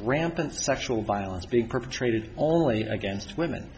rampant sexual violence being perpetrated only against women